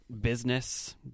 business